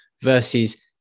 versus